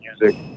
music